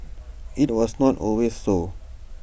IT was not always so